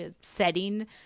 setting